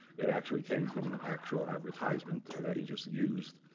it actually came from an actual advertisement that he just used.